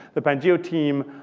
the pangeo team